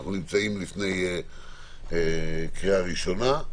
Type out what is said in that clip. אנחנו נמצאים לפני קריאה ראשונה.